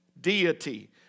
deity